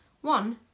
One